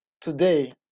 today